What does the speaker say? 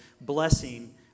blessing